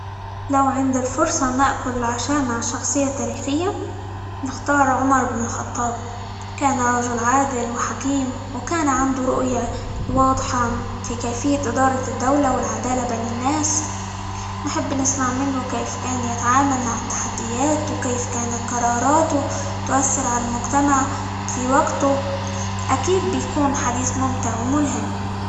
لو عندي الفرصة نأكل العشاء مع شخصية تاريخية، نختار عمر بن الخطاب، كان رجل عادل، وحكيم، وكان عنده رؤية واضحة في كيفية إدارة الدولة، والعدالة بين الناس، نحب نسمع منه كيف كان يتعامل مع التحديات، وكيف كان قراراته تؤثر على المجتمع في وقته، أكيد بيكون حديث ممتع، وملهم.